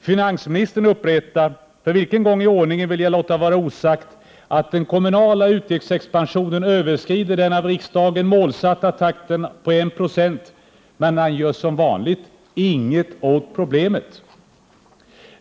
Finansministern upprepar — för vilken gång i ordningen vill jag låta vara osagt — att den kommunala utgiftsexpansionen överskrider den av riksdagen målsatta takten av 1 26, men han gör som vanligt inget åt problemet.